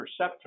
Perceptron